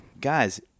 guys